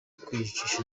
kwiyicisha